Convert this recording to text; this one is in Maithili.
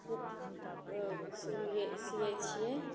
सूटके सिलियै सियै छियै